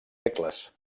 segles